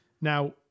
now